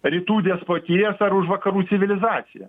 rytų despotijas ar už vakarų civilizaciją